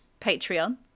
patreon